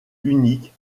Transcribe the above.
unique